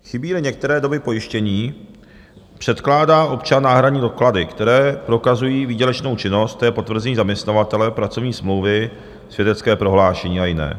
Chybíli některé doby pojištění, předkládá občan náhradní doklady, které prokazují výdělečnou činnost, to je potvrzení zaměstnavatele, pracovní smlouvy, svědecké prohlášení a jiné.